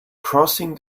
crossing